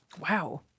wow